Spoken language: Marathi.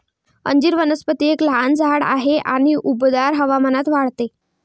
अंजीर वनस्पती एक लहान झाड आहे आणि उबदार हवामानात वाढते